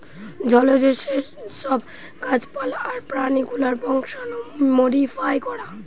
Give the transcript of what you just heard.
জলজ যে সব গাছ পালা আর প্রাণী গুলার বংশাণু মোডিফাই করা